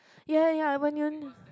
ya ya ya when you